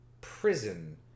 prison